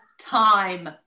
time